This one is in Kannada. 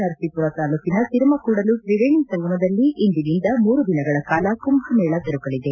ನರಸೀಪುರ ತಾಲೂಕಿನ ತಿರುಮಕೂಡಲು ತ್ರಿವೇಣೆ ಸಂಗಮದಲ್ಲಿ ಇಂದಿನಿಂದ ಮೂರು ದಿನಗಳ ಕಾಲ ಕುಂಭಮೇಳ ಜರುಗಲಿದೆ